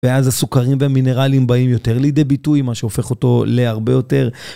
ואז הסוכרים והמינרלים באים יותר לידי ביטוי, מה שהופך אותו להרבה יותר.